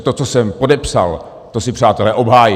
To, co jsem podepsal, to si, přátelé, obhájím.